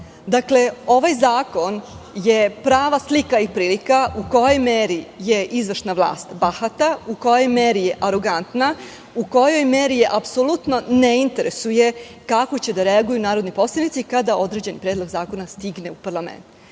Dakle, ovaj zakon je prava slika i prilika u kojoj meri je izvršna vlast bahata, u kojoj meri je arogantna, u kojoj meri je apsolutno ne interesuje kako će da reaguju narodni poslanici kada određen predlog zakona stigne u parlament.